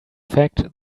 fact